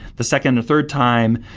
the second and third time,